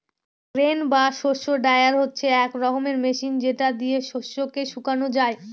grain বা শস্য dryer হচ্ছে এক রকমের মেশিন যেটা দিয়ে শস্যকে শুকানো যায়